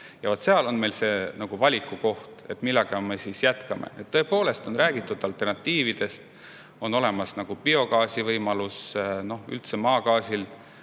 vot siis on meil see valikukoht, millega me jätkame. Tõepoolest on räägitud alternatiividest: on olemas biogaasi võimalus ja maagaasil